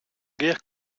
guerre